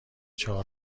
چهار